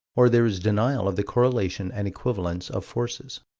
or there is denial of the correlation and equivalence of forces.